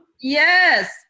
Yes